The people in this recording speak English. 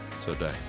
today